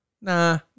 Nah